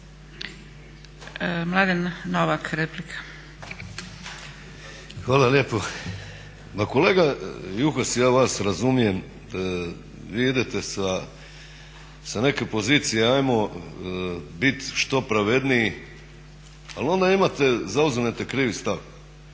Mladen (Nezavisni)** Hvala lijepo. Kolega Juhas, ja vas razumijem, vi idete sa neke pozicije ajmo bit što pravedniji ali onda zauzmete krivi stav,